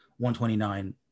129